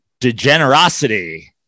DeGenerosity